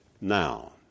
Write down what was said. now